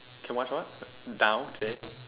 can watch what down today